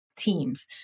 teams